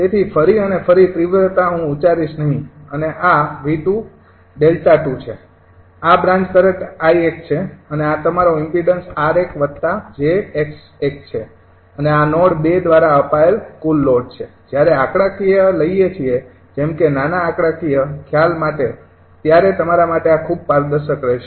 તેથી ફરી અને ફરી તીવ્રતા હું ઉચ્ચારીશ નહીં અને આ |𝑉૨|∠𝛿૨ છે આ બ્રાન્ચ કરંટ 𝐼૧ છે અને આ તમારો ઇમ્પીડન્સ 𝑟૧𝑗𝑥૧ છે અને આ નોડ ૨ દ્વારા અપાયેલ કુલ લોડ છે જ્યારે આંકડાકીય લઈએ છીએ જેમ કે નાના આંકડાકીય આખા ખ્યાલ માટે ત્યારે તમારા માટે ખૂબ પારદર્શક રહેશે